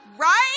Right